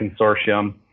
consortium